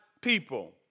people